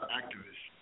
activist